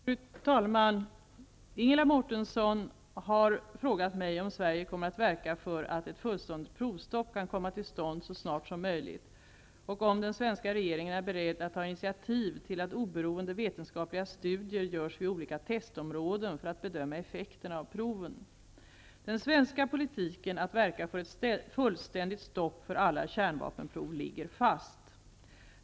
Fru talman! Ingela Mårtensson har frågat mig om Sverige kommer att verka för att ett fullständigt provstopp kan komma till stånd så snart som möjligt och om den svenska regeringen är beredd att ta initiativ till att oberoende vetenskapliga studier görs vid olika testområden för att bedöma effekten av proven. Den svenska politiken att verka för ett fullständigt stopp för alla kärnvapenprov ligger fast.